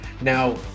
now